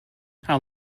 how